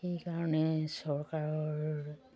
সেইকাৰণে চৰকাৰৰ